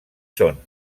són